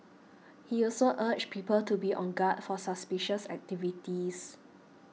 he also urged people to be on guard for suspicious activities